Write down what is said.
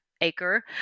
Acre